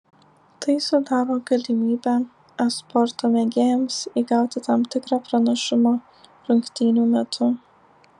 tai sudaro galimybę e sporto mėgėjams įgauti tam tikrą pranašumą rungtynių metu